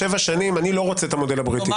לא דיברתי על ביטול חוקים.